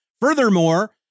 Furthermore